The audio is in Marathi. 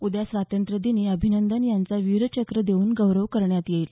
उद्या स्वातंत्र्यादनी अभिनंदन यांचा वीरचक्र देऊन गौरव करण्यात येईल